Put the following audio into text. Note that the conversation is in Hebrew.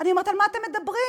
אני אומרת: על מה אתם מדברים?